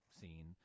scene